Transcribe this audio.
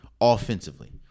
offensively